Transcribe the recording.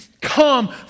come